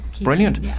brilliant